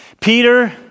Peter